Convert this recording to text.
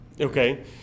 Okay